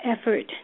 effort